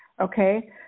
Okay